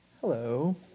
Hello